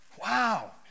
wow